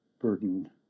burden